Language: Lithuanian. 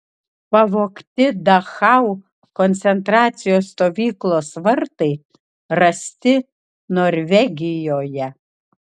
pavogti dachau koncentracijos stovyklos vartai rasti norvegijoje